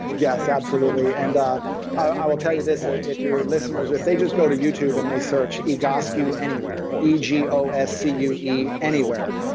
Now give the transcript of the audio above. yes, absolutely. and i will tell you this, ah if your listeners, if they just go to youtube and they search egoscue anywhere, e g o s c u e, anywhere,